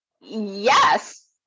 yes